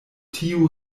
tiu